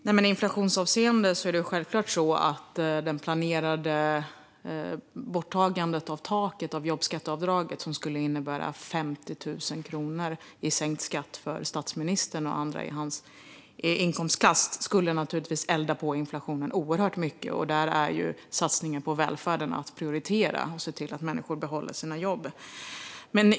Herr talman! Avseende inflationen är det självklart så att det planerade borttagandet av taket för jobbskatteavdraget som skulle innebära 50 000 kronor i sänkt skatt för statsministern och andra i hans inkomstklass skulle elda på inflationen oerhört mycket. Där är satsningen på välfärden att prioritera för att se till att människor behåller sina jobb.